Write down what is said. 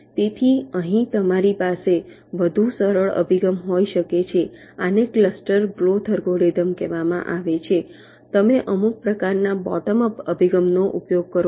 તેથી તમારી પાસે અહીં વધુ સરળ અભિગમ હોઈ શકે છે આને ક્લસ્ટર ગ્રોથ અલ્ગોરિધમ કહેવામાં આવે છે તમે અમુક પ્રકારના બોટમ અપ અભિગમનો ઉપયોગ કરો છો